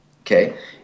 okay